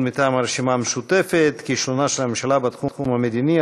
מטעם הרשימה המשותפת: כישלונה של הממשלה בתחום המדיני,